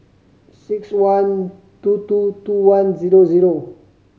six one two two two one zero zero